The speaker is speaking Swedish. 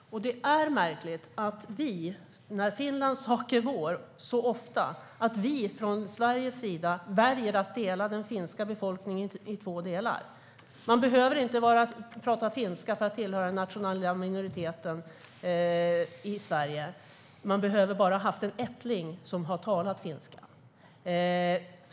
Det är märkligt att vi i Sverige, när Finlands sak är vår, så ofta väljer att dela den finska befolkningen i två delar. Man behöver inte prata finska för att tillhöra den nationella minoriteten i Sverige. Man behöver bara ha haft en ättling som har talat finska.